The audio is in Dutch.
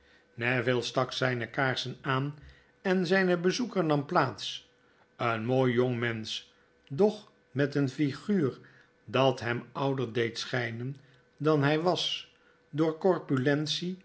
stak zyne kaarsen aan en zyne bezoeker nam plaats een mooi jongmensch doch met een figuur dat hem ouder deed schijnen dan hij was door corpulentie